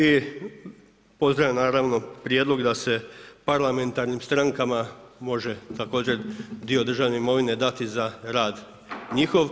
I pozdravljam naravno prijedlog da se parlamentarnim strankama može također dio državne imovine dati za rad njihov.